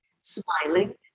smiling